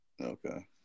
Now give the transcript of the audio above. Okay